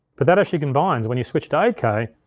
but that actually combines when you switch to eight k,